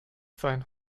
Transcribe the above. sein